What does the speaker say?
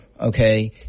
Okay